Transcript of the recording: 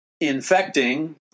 infecting